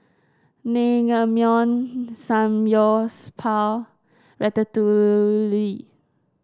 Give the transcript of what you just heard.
Naengmyeon Samgyeopsal Ratatouille